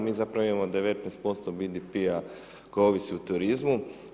Mi zapravo imamo 19% BDP-a koja ovisi o turizmu.